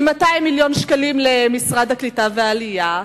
עם 200 מיליון שקלים למשרד העלייה והקליטה,